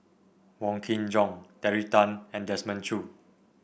Wong Kin Jong Terry Tan and Desmond Choo